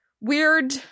weird